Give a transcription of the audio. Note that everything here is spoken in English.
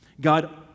God